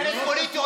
כנס פוליטי.